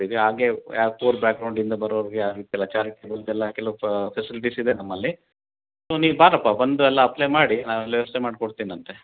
ಹಾಗೆ ಯಾರು ಪೂವರ್ ಬ್ಯಾಗ್ರೌಂಡಿಂದ ಬರೋರಿಗೆ ಆ ರೀತಿ ಎಲ್ಲ ಚಾರಿಟಬಲ್ದೆಲ್ಲ ಕೆಲವು ಫೆಸಿಲಿಟಿಸ್ ಇದೆ ನಮ್ಮಲ್ಲಿ ಸೊ ನೀ ಬಾರಪ್ಪ ಬಂದು ಎಲ್ಲ ಅಪ್ಲೈ ಮಾಡಿ ನಾನು ಎಲ್ಲ ವ್ಯವಸ್ಥೆ ಮಾಡ್ಕೊಡ್ತೀನಂತೆ